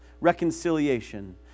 Reconciliation